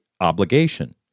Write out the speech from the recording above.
obligation